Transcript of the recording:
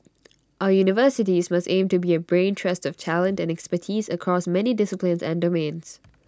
our universities must aim to be A brain trust of talent and expertise across many disciplines and domains